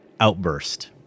outburst